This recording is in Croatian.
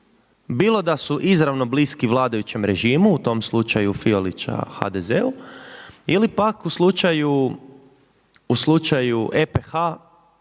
bilo da su izravno bliski vladajućem režimu u tom slučaju Fiolića HDZ-u, ili pak u slučaju EPH